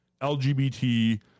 LGBT